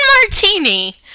martini